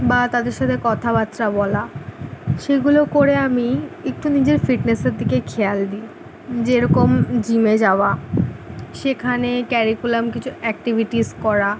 বা তাদের সাথে কথাবার্তা বলা সেগুলো করে আমি একটু নিজের ফিটনেসের দিকেই খেয়াল দিই যেরকম জিমে যাওয়া সেখানে ক্যারিকুলাম কিছু অ্যাক্টিভিটিস করা